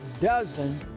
Dozen